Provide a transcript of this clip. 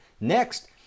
Next